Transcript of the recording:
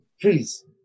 Please